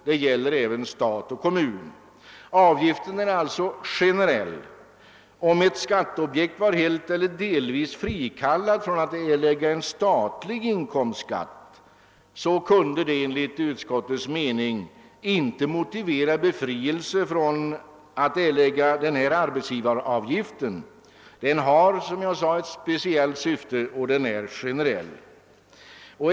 Detta gäller även stat och kommun. Avgiften är alltså generell. Om ett skatteobjekt var helt eller delvis frikallat från att erlägga en statlig inkomstskatt, kunde detta enligt utskottets mening inte motivera befrielse från att erlägga arbetsgivaravgiften. Den har, som jag sade, ett speciellt syfte och är generell.